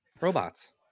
robots